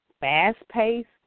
fast-paced